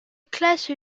classe